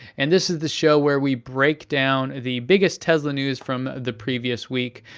and this is the show where we break down the biggest tesla news from the previous week.